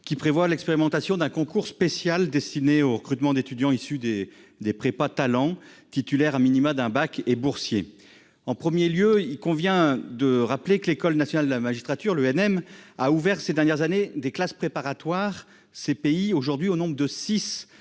qui prévoit l'expérimentation d'un concours spécial destiné au recrutement d'étudiants issus des des prépas talent titulaire a minima d'un bac et boursiers en 1er lieu, il convient de rappeler que l'École nationale de la magistrature l'ENM a ouvert ces dernières années des classes préparatoires ces pays aujourd'hui au nombre de